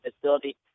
Facility